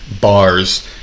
bars